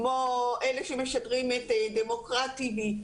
אלה שמשדרים את דמוקרטי.וי,